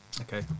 Okay